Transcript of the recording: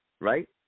Right